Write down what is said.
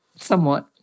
somewhat